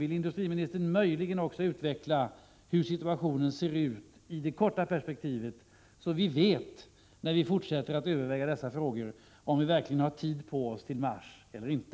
Vill industriministern möjligen också utveckla hur situationen ser ut i det korta perspektivet, så att vi, när vi fortsätter att överväga dessa frågor, vet om vi verkligen har tid på oss till mars eller inte?